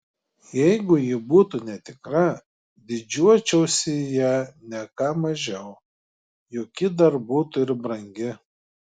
jeigu ji būtų netikra didžiuočiausi ja ne ką mažiau juk ji dar būtų ir brangi